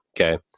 Okay